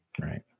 right